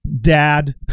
dad